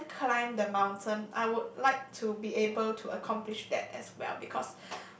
can climb the mountain I would like to be able to accomplish that as well because